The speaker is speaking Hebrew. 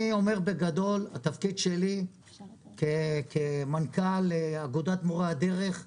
בגדול, כמנכ"ל אגודת מורי הדרך,